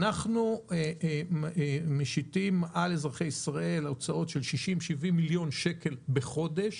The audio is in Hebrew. אנחנו משיתים על אזרחי ישראל הוצאות של 60,70 מיליון שקל בחודש